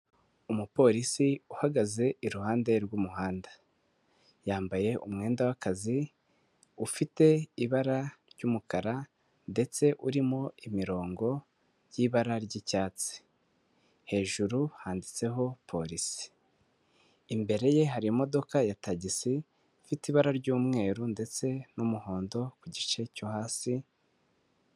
Umupolisi uhagaze iruhande rw'umuhanda, yambaye umwenda w'akazi ufite ibara ry'umukara ndetse urimo imirongo y'ibara ry'icyatsi, hejuru handitseho polisi, imbere ye hari imodoka ya tagisi, ifite ibara ry'umweru ndetse n'umuhondo ku gice cyo hasi.